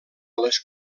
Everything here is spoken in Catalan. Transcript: les